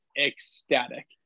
ecstatic